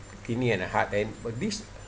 kidney and a heart then but this